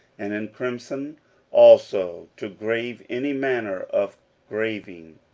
and in crimson also to grave any manner of graving,